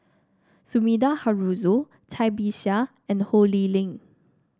Sumida Haruzo Cai Bixia and Ho Lee Ling